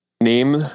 Name